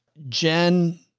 jen,